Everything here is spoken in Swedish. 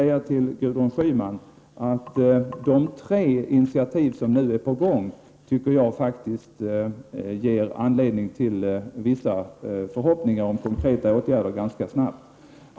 Gudrun Schyman, de tre initiativ som nu är på gång tycker jag ger anledning till vissa förhoppningar om konkreta åtgärder ganska snabbt.